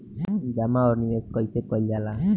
जमा और निवेश कइसे कइल जाला?